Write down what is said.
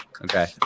Okay